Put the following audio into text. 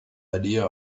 idea